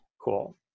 Cool